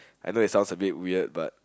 I know it sounds a bit weird but